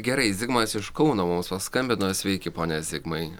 gerai zigmas iš kauno mums skambino sveiki pone zigmai